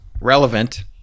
Relevant